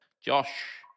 Josh